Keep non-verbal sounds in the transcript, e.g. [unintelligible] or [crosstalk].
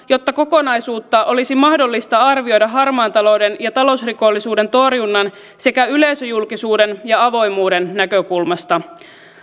[unintelligible] jotta kokonaisuutta olisi mahdollista arvioida harmaan talouden ja talousrikollisuuden torjunnan sekä yleisöjulkisuuden ja avoimuuden näkökulmasta